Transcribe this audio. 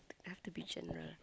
I have to be general